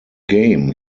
game